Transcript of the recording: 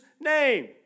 name